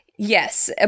Yes